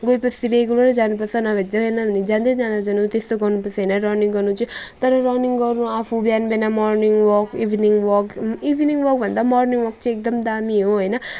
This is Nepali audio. गएपछि रेगुलर जानुपर्छ नभए जाएन भने जाँदै जा नजानु त्यस्तो गर्नुपर्छ होइन रनिङ गर्नु चाहिँ तर रनिङ गर्नु आफू बिहान बिहान morning walk evening walk evening भन्दा पनि मर्निङ वक चाहिँ एकदम दामी हो होइन